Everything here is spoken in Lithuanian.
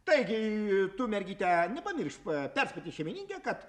taigi tu mergyte nepamiršk perspėti šeimininkę kad